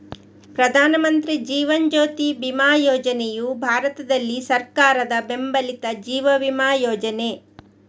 ಪ್ರಧಾನ ಮಂತ್ರಿ ಜೀವನ್ ಜ್ಯೋತಿ ಬಿಮಾ ಯೋಜನೆಯು ಭಾರತದಲ್ಲಿ ಸರ್ಕಾರದ ಬೆಂಬಲಿತ ಜೀವ ವಿಮಾ ಯೋಜನೆ